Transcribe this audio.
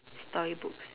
storybooks